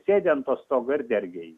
sėdi ant to stogo ir dergia jį